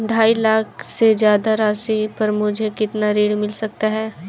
ढाई लाख से ज्यादा राशि पर मुझे कितना ऋण मिल सकता है?